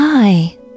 Hi